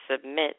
submit